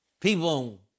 People